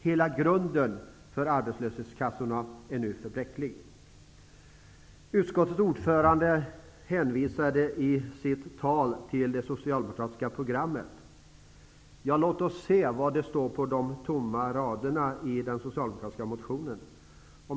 Hela grunden för arbetslöshetskassorna är nu för bräcklig. Utskottets ordförande hänvisade i sitt tal till det socialdemokratiska programmet. Låt oss se vad det står på de tomma raderna i den socialdemokratiska motionen.